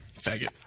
Faggot